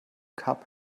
cup